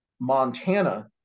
Montana